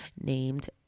named